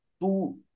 two